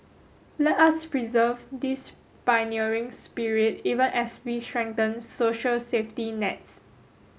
let us preserve this pioneering spirit even as we strengthen social safety nets